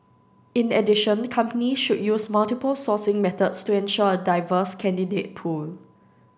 in addition companies should use multiple sourcing methods to ensure a diverse candidate pool